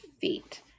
feet